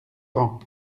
grand